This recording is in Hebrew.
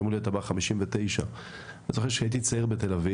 ביום הולדת הבא אהיה בן 59. כשהייתי צעיר בתל-אביב,